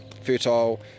fertile